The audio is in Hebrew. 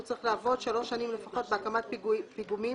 הוא צריך לעבוד שלוש שנים לפחות בהקמת פיגומים